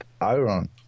iron